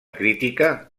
crítica